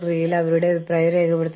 സംഘടനയുടെ നിലവാരമാണ് മറ്റൊന്ന്